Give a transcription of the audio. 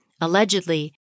Allegedly